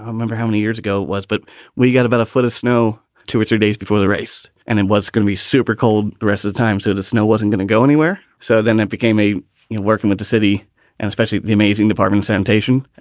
remember how many years ago it was? but we got about a foot of snow. two or three days before the race. and it was going to be super cold. the rest of time. so the snow wasn't going to go anywhere. so then it became a working with the city and especially the amazing department sanitation.